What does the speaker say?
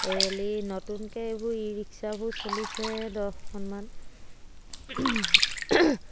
Airy নতুনকৈ এইবোৰ ই ৰিক্সাবোৰ চলিছে দহখনমান